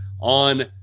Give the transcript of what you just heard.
on